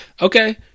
Okay